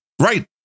right